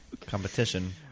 Competition